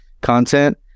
content